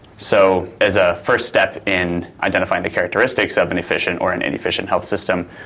so as a first step in identifying the characteristics of an efficient or an inefficient health system,